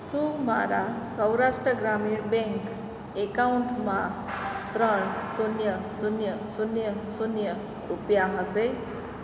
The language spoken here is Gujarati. શું મારા સૌરાષ્ટ્ર ગ્રામીણ બેંક એકાઉન્ટમાં ત્રણ શૂન્ય શૂન્ય શૂન્ય શૂન્ય રૂપિયા હશે